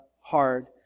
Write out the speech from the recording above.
hard